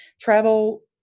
travel